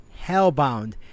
Hellbound